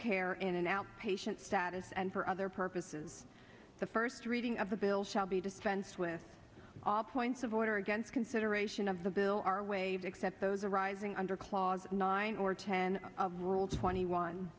care in an outpatient status and for other purposes the first reading of the bill shall be dispensed with all points of order against consideration of the bill are waive except those arising under clause nine or ten of rule twenty one